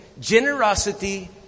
Generosity